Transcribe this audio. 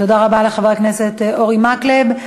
תודה רבה לחבר הכנסת אורי מקלב.